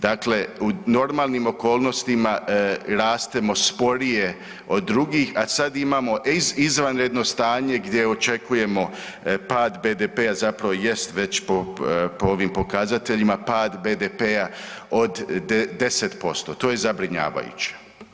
Dakle, u normalnim okolnostima rastemo sporije od drugih, a sad imamo izvanredno stanje gdje očekujemo pad BDP-a zapravo jest već po ovim pokazateljima, pad BDP-a od 10%, to je zabrinjavajuće.